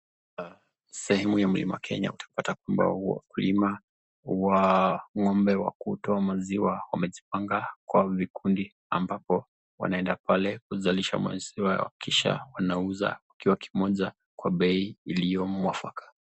Sehemu ya mlima kenya utapata kwamba wakulima wa ng'ombe wa kutoa maziwa wamejipanga kwa vikundi ambapo wanaenda pale kuzalisha maziwa kisha wanauza ikiwa moja kwa bei iliyomwafaka.